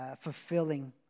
fulfilling